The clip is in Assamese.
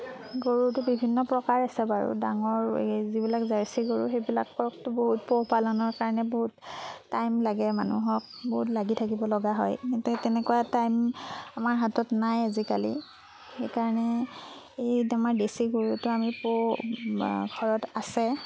গৰুটো বিভিন্ন প্ৰকাৰ আছে বাৰু ডাঙৰ এই যিবিলাক জাৰ্চি গৰু সেইবিলাককতো বহুত পোহ পালনৰ কাৰণে বহুত টাইম লাগে মানুহক বহুত লাগি থাকিব লগা হয় গতিকে তেনেকুৱা টাইম আমাৰ হাতত নাই আজিকালি সেইকাৰণে এই আমাৰ দেচি গৰুটো আমি পো বা ঘৰত আছে